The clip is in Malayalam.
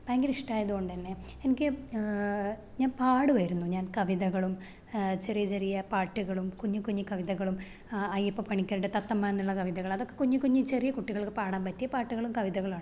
ഭയങ്കരിഷ്ടായത് കൊണ്ടന്നെ എനിക്ക് ഞാന് പാടുവായിരുന്നു ഞാന് കവിതകളും ചെറിയ ചെറിയ പാട്ടുകളും കുഞ്ഞുക്കുഞ്ഞ് കവിതകളും അയ്യപ്പപണിക്കരുടെ തത്തമ്മ എന്നുള്ള കവിതകൾ അതൊക്കെ കുഞ്ഞിക്കുഞ്ഞി ചെറിയ കുട്ടികള്ക്ക് പാടാന് പറ്റിയ പാട്ടുകളും കവിതകളുമാണ്